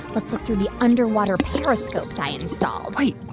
let's look through the underwater periscopes i installed wait.